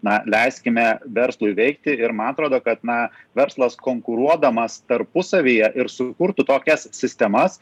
na leiskime verslui veikti ir man atrodo kad na verslas konkuruodamas tarpusavyje ir sukurtų tokias sistemas